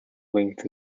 length